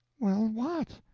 well, what?